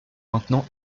maintenant